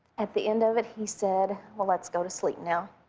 at the end of it, he said, well, let's go to sleep now.